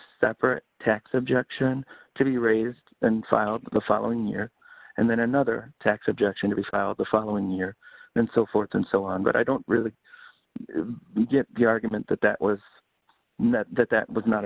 separate tax objection to be raised in the following year and then another tax objection to be filed the following year and so forth and so on but i don't really get the argument that that was that that was not